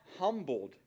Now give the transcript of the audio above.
humbled